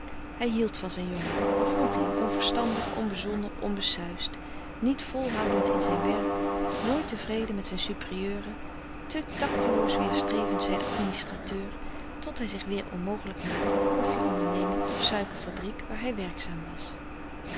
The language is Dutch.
hij hield van zijn jongen al vond hij hem onverstandig onbezonnen onbesuisd niet volhoudend in zijn werk nooit tevreden met zijn superieuren te tacteloos weêrstrevend zijn administrateur tot hij zich weêr onmogelijk maakte op koffie onderneming of suikerfabriek waar hij werkzaam was